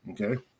Okay